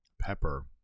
pepper